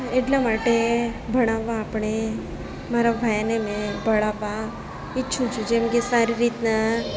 એટલા માટે ભણાવવા આપણે મારા ભાઈને મેં ભણાવવા ઈચ્છું છું જેમ કે સારી રીતના